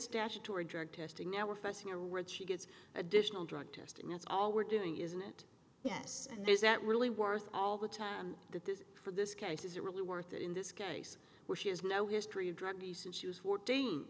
statutory drug testing now we're facing a richie gets additional drug testing that's all we're doing isn't it yes and there is that really worth all the time that this for this case isn't really worth it in this case where she has no history of drug use and she was fourteen